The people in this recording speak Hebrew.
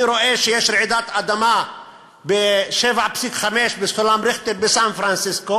אני רואה שיש רעידת אדמה 7.5 בסולם ריכטר בסן-פרנסיסקו,